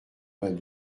vingt